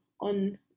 on